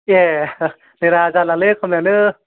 ए देरा जालालै खामलायानो